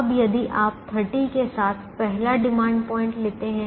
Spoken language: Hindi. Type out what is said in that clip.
अब यदि आप 30 के साथ पहला डिमांड पॉइंट लेते हैं